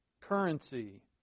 currency